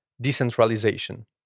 decentralization